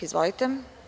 Izvolite.